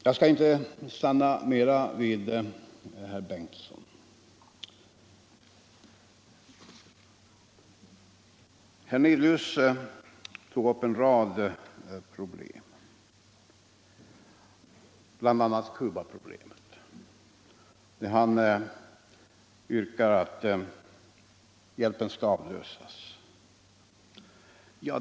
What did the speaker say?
Jag skall inte uppehålla mig mer vid det som herr Bengtson sade utan gå över till de problem som herr Hernelius tog upp, bl.a. Cubaproblemet. Herr Hernelius yrkar på att hjälpen till Cuba skall avlösas.